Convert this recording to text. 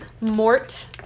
Mort